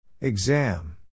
Exam